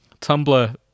Tumblr